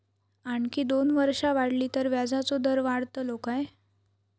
आणखी दोन वर्षा वाढली तर व्याजाचो दर वाढतलो काय?